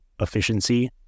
efficiency